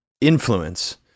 influence